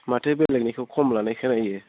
माथो बेलेगनिखौ खम लानाय खोनायो